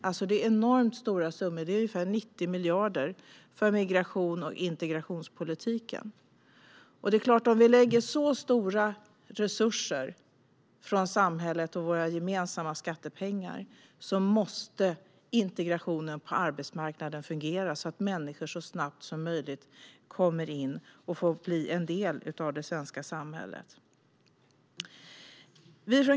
Det är fråga om enormt stora summor, ungefär 90 miljarder för migrations och integrationspolitiken. Om samhället lägger så stora resurser från våra gemensamma skattepengar på integrationen måste arbetsmarknaden fungera så att människor så snabbt som möjligt kan bli en del av det svenska samhället.